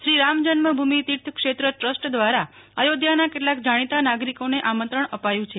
Shri Ram Janmabhoomi Teerth Kshetra trust દ્વારા અયોધ્યાના કેટલાક જાણીતા નાગરિકોને આમંત્રણ અપાયું છ